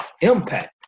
impact